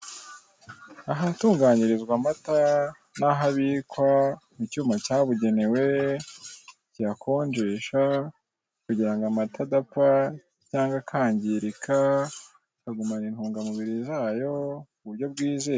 Ahatunganyirizwa amata naho abikwa mu cyuma cyabugenewe kiyakonjesha kugira ngo amata adapfa cyangwa akangirika akagumana intungamubiri zayo ku buryo bwizewe.